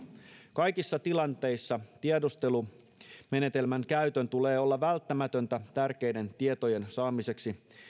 kaikissa tilanteissa tiedustelumenetelmän käytön tulee olla välttämätöntä tärkeiden tietojen saamiseksi